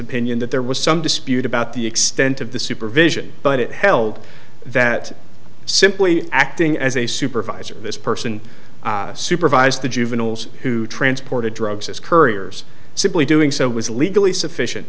opinion that there was some dispute about the extent of the supervision but it held that simply acting as a supervisor this person supervised the juveniles who transported drugs as couriers simply doing so was legally sufficient